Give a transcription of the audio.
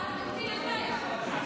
אתה בריון, הבנתי, תוציא, אין בעיה.